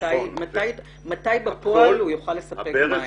מתי בפועל הוא יוכל לספק מים?